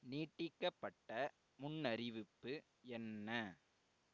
நீட்டிக்கப்பட்ட முன்னறிவிப்பு என்ன